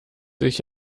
sich